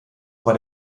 war